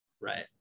Right